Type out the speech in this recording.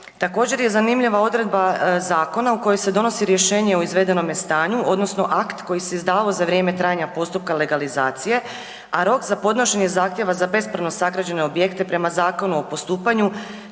Također je zanimljiva odredba zakona u kojoj se donosi rješenje o izvedenome stanju odnosno akt koji se izdavao za vrijeme trajanja postupka legalizacije, a rok za podnošenje zahtjeva za bespravno sagrađene objekte prema Zakonu o postupanju